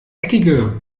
eckige